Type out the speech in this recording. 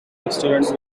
restaurant